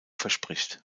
verspricht